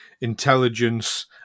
intelligence